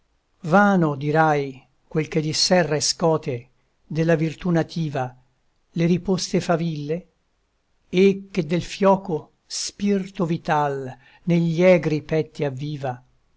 vano dirai quel che disserra e scote della virtù nativa le riposte faville e che del fioco spirto vital negli egri petti avviva